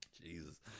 Jesus